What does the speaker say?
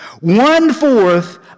One-fourth